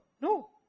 No